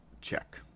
check